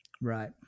Right